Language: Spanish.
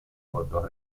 puerto